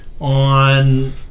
on